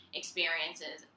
experiences